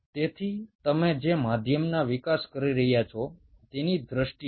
সুতরাং তোমাদেরকে মিডিয়ামের সাপেক্ষে একটা ব্যালেন্স বজায় রাখতে চেষ্টা করতে হবে